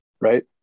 right